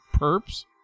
perps